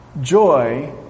Joy